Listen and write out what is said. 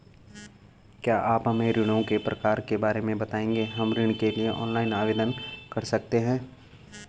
क्या आप हमें ऋणों के प्रकार के बारे में बताएँगे हम ऋण के लिए ऑनलाइन आवेदन कर सकते हैं?